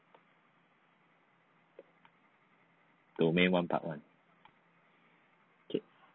domain one part one okay